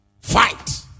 Fight